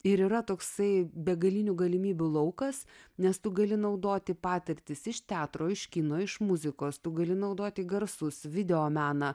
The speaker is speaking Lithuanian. ir yra toksai begalinių galimybių laukas nes tu gali naudoti patirtis iš teatro iš kino iš muzikos tu gali naudoti garsus videomeną